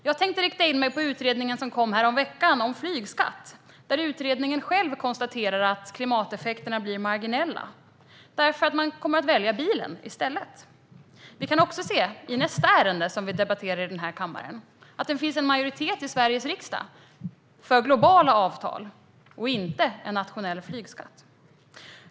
Jag tänkte rikta in mig på den utredning om flygskatt som kom häromveckan. Utredningen själv konstaterar att klimateffekterna blir marginella; man kommer att välja bilen i stället. Vi kan också se i nästa ärende som vi debatterar i den här kammaren att det finns en majoritet i Sveriges riksdag för globala avtal men inte för en nationell flygskatt.